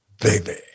baby